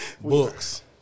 Books